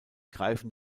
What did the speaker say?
greifen